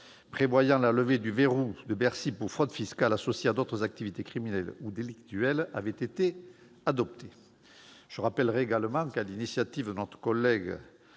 prévoyant la levée du « verrou de Bercy » pour fraude fiscale associée à d'autres activités criminelles ou délictuelles avait été adopté. Je rappellerai également que le groupe du